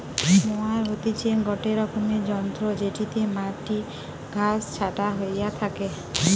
mower হতিছে গটে রকমের যন্ত্র জেটিতে মাটির ঘাস ছাটা হইয়া থাকে